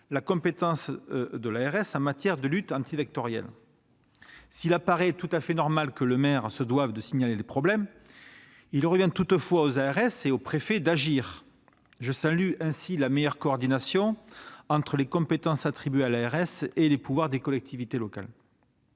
la compétence de l'agence en matière de lutte antivectorielle. S'il paraît tout à fait normal que le maire se doive de signaler les problèmes, il revient aux ARS et aux préfets d'agir. Je salue ainsi la meilleure coordination entre les compétences attribuées à l'ARS et les pouvoirs des collectivités locales.